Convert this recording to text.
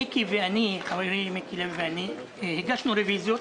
חברי מיקי לוי ואני הגשנו רביזיות